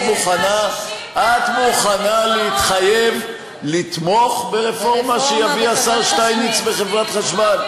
את מוכנה להתחייב לתמוך ברפורמה שיביא השר שטייניץ בחברת חשמל?